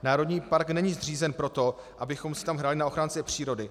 Národní park není zřízen proto, abychom si tam hráli na ochránce přírody.